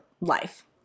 life